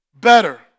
better